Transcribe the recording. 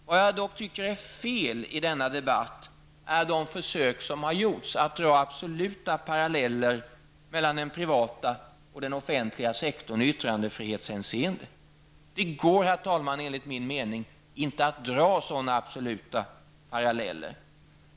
Vad jag dock tycker har varit fel i denna debatt är de försök som har gjorts att dra absoluta paralleller mellan den privata och den offentliga sektorn i yttrandefrihetshänseende. Det går enligt min mening inte att dra sådana absoluta paralleller.